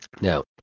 Now